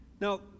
Now